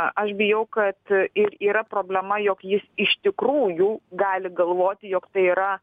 aš bijau kad ir yra problema jog jis iš tikrųjų gali galvoti jog tai yra